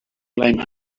blame